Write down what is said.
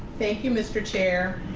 thank you, mr. chair.